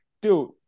dude